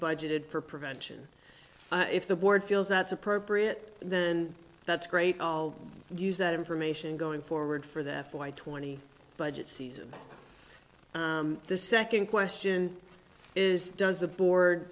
budgeted for prevention if the board feels that's appropriate then that's great all use that information going forward for the f y twenty budget season the second question is does the board